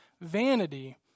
Vanity